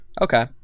okay